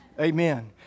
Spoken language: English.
Amen